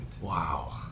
Wow